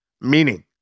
meaning